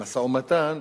במשא-ומתן,